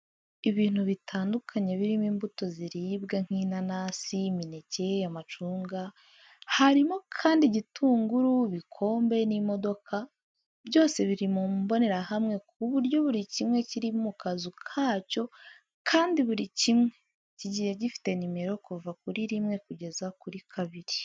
Ibintu bitandukanye birimo imbuto ziribwa nk'inanasi, imineke, amacunga, harimo kandi igitunguru, ibikombe n'imodoka, byose biri mu mbonerahamwe ku buryo buri kimwe kiri mu kazu kacyo kandi buri kimwe kigiye gifite nimero kuva kuri rimwe kugeza kuri kabiri.